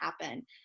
happen